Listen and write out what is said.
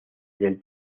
del